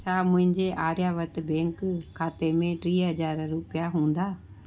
छा मुंहिंजे आर्यावर्त बैंक खाते में टीह हज़ार रुपिया हूंदा